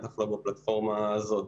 בטח לא בפלטפורמה הזו.